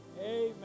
Amen